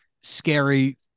scary